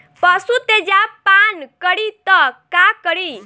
पशु तेजाब पान करी त का करी?